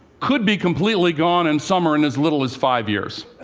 could be completely gone in summer in as little as five years.